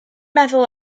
meddwl